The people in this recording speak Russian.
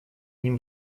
ним